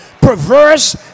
perverse